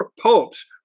popes